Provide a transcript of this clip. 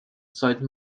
sollte